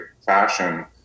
fashion